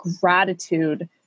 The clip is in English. gratitude